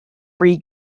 free